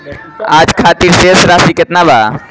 आज खातिर शेष राशि केतना बा?